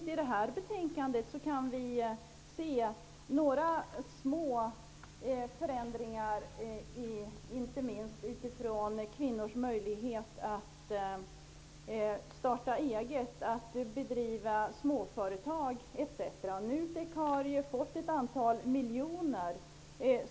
I det här betänkandet kan vi se några små förändringar när det gäller kvinnors möjlighet att starta eget, att driva småföretag etc. NUTEK har fått ett antal miljoner.